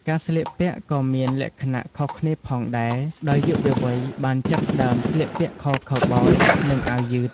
ការស្លៀកពាក់ក៏មានលក្ខណៈខុសគ្នាផងដែរ ដោយយុវវ័យបានចាប់ផ្តើមស្លៀកពាក់ខោខូវប៊យនិងអាវយឺត។